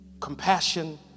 Compassion